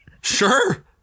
Sure